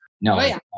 No